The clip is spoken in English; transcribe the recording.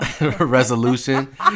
resolution